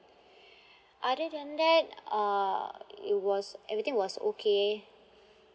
other than that uh it was everything was okay